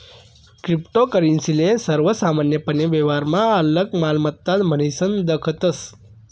cryptocurrency ले सर्वसामान्यपने व्यवहारमा आलक मालमत्ता म्हनीसन दखतस